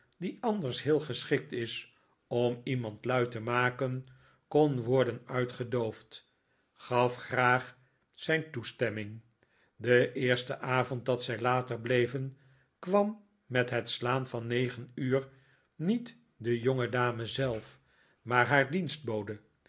die anders heel geschikt is om iemand lui te maken kon worden uitgedoofd gaf graag zijn toestemming den eersten avond dat zij later bleven kwam m'et het slaan van negen uur niet de jongedame zelf maar haar